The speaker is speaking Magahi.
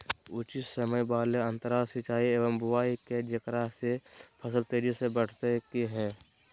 उचित समय वाले अंतराल सिंचाई एवं बुआई के जेकरा से फसल तेजी से बढ़तै कि हेय?